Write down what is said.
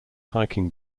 hiking